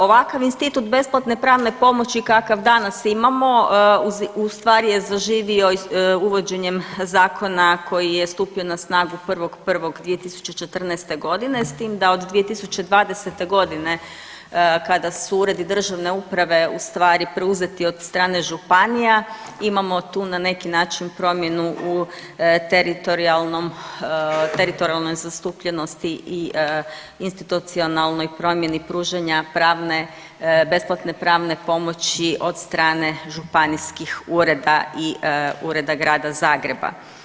Ovakav institut besplatne pravne pomoći kakav danas imamo u stvari je zaživio uvođenjem zakona koji je stupio na snagu 1.1.2014. godine s tim da od 2020. godine kada su uredi državne uprave u stvari preuzeti od strane županija imamo tu na neki način promjenu u teritorijalnoj zastupljenosti i institucionalnoj promjeni pružanja pravne, besplatne pravne pomoći od strane županijskih ureda i Ureda grada Zagreba.